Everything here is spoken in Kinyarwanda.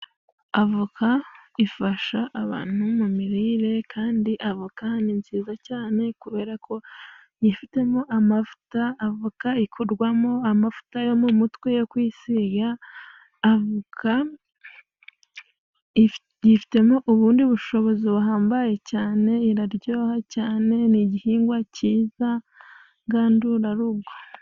Avoka ifasha abantu mu mirire, kandi avoka ni nziza cyane kubera ko yifitemo amavuta. Avoka ikorwamo amavuta yo mu mutwe yo kwisiga. Avoka yifitemo ubundi bushobozi buhambaye cyane, irararyoha cyane ni igihingwa cyiza ngandurarugo.